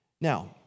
Now